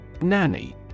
Nanny